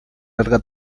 larga